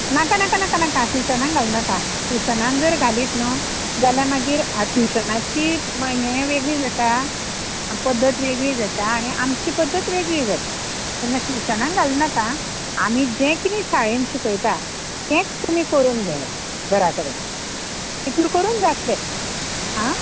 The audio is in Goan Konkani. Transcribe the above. नाका नाका नाका नाका टुशनांक घाल नाका टुशनांक जर घालीत न्हय जाल्यार मागीर आं टुशनाची म्हयने वेगळी जाता पद्दत वेगळी जाता आनी आमची पद्दत वेगळी जाता तेन्ना टुशनांक घाल नाका आमी जें कितें शाळेन शिकयता तेंच तुमी करून घेयां घरा कडेन तेतूर करून जातलें आं